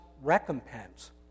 recompense